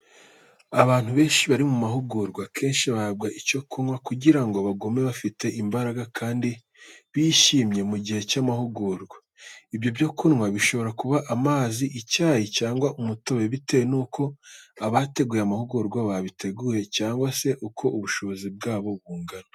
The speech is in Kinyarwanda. Abantu bari mu mahugurwa akenshi bahabwa icyo kunywa kugira ngo bagume bafite imbaraga kandi bishimye mu gihe cy'amahugurwa. Ibyo kunywa bishobora kuba amazi, icyayi, cyangwa umutobe bitewe n'uko abateguye amahugurwa babiteguye cyangwa se uko ubushobozi bwabo bungana.